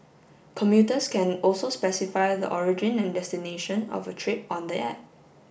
commuters can also specify the origin and destination of a trip on the app